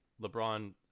LeBron